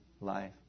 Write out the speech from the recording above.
life